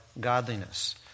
godliness